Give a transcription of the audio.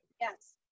Yes